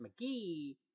McGee